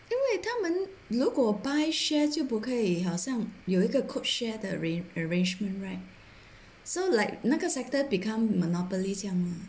因为他们如果 buy share 就不可以好像有一个 code share 的 arrange~ arrangement right so like 那个 sector become monopoly 这样 lah